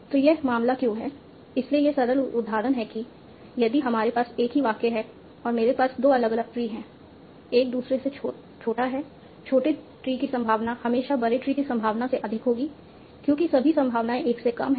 तो यह मामला क्यों है इसलिए एक सरल उदाहरण है यदि हमारे पास एक ही वाक्य है और मेरे पास दो अलग अलग ट्री हैं एक दूसरे से छोटा है छोटे ट्री की संभावना हमेशा बड़े ट्री की संभावना से अधिक होगी क्योंकि सभी संभावनाएं एक से कम हैं